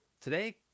Today